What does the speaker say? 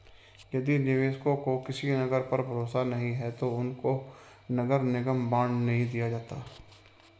यदि निवेशकों को किसी नगर पर भरोसा नहीं है तो उनको नगर निगम बॉन्ड नहीं दिया जाता है